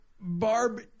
Barb